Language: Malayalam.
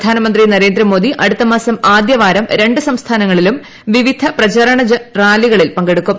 പ്രധ്ാനമന്ത്രി നരേന്ദ്രമോദി അടുത്തമാസം ആദ്യവാരം ഇരു സംസ്ഥാനങ്ങളിലും വിവിധ പ്രചാരണ റാലികളിൽ പങ്കെടുക്കും